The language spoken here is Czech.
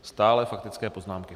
Stále faktické poznámky.